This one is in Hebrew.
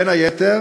בין היתר